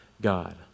God